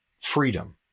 freedom